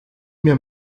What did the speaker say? mir